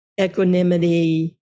equanimity